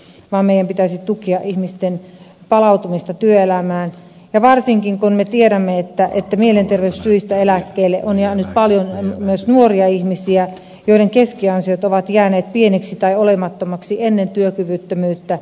sitä vastoin meidän pitäisi tukea ihmisten palaamista työelämään ja varsinkin kun me tiedämme että mielenterveyssyistä eläkkeelle on jäänyt paljon myös nuoria ihmisiä joiden keskiansiot ovat jääneet pieniksi tai olemattomiksi ennen työkyvyttömyyttä